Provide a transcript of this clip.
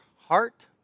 heart